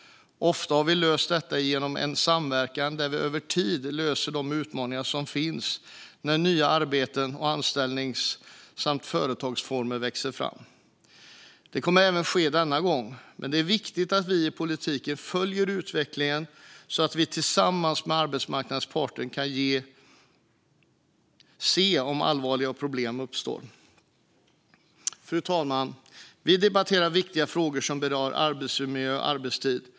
Ofta har vi löst det genom samverkan där vi över tid löser de utmaningar som finns när nya arbeten och anställnings samt företagsformer växer fram. Det kommer att ske även denna gång. Men det är viktigt att vi i politiken följer utvecklingen, så att vi tillsammans med arbetsmarknadens parter kan se om allvarliga problem uppstår. Fru talman! Vi debatterar viktiga frågor som rör arbetsmiljö och arbetstid.